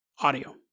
audio